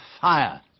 fire